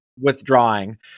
withdrawing